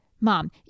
Mom